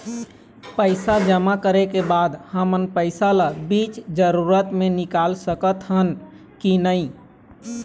पैसा जमा करे के बाद हमन पैसा ला बीच जरूरत मे निकाल सकत हन की नहीं?